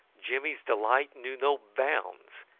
jimmy's delight knew no bounds.